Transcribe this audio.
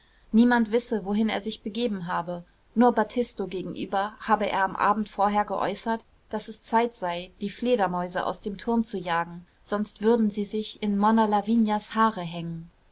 niemand wisse wohin er sich begeben habe nur battisto gegenüber habe er am abend vorher geäußert daß es zeit sei die fledermäuse aus dem turm zu jagen sonst würden sie sich in monna lavinias haare hängen